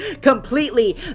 completely